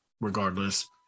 regardless